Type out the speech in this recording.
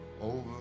over